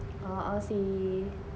a'ah seh